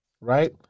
right